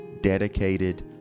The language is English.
dedicated